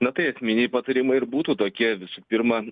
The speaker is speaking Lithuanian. na tai esminiai patarimai ir būtų tokie visų pirma